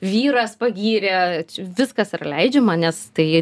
vyras pagyrė viskas yra leidžiama nes tai